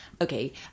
okay